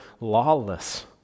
lawless